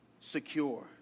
secure